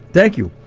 thank you,